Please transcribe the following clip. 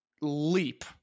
leap